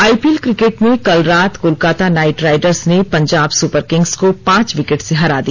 IPL cricket में कल रात कोलकाता नाइट राइडर्स ने पंजाब सुपर किंग्स को पांच विकेट से हरा दिया